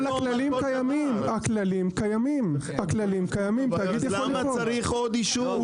אבל הכללים קיימים, תאגיד יכול לפעול.